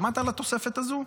שמעת על התוספת הזאת?